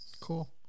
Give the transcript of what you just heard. cool